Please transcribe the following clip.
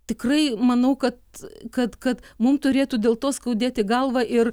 tikrai manau kad kad kad mum turėtų dėl to skaudėti galvą ir